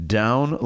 down